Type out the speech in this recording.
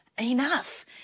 enough